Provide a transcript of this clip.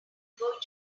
going